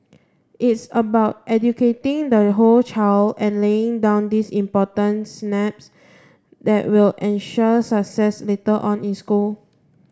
it's about educating the whole child and laying down these important synapses that will ensure success later on in school